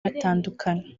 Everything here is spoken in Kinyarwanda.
batandukana